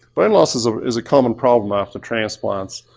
bone loss is ah is a common problem after transplants.